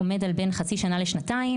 עומד על בין חצי שנה לשנתיים,